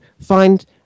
find